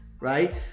right